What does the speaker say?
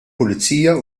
pulizija